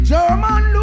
German